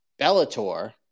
Bellator